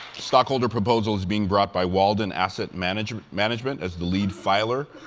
stockholder proposal is being brought by walden asset management management as the lead filer.